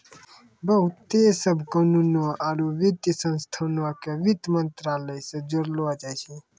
बहुते सभ कानूनो आरु वित्तीय संस्थानो के वित्त मंत्रालय से जोड़लो जाय छै